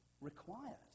required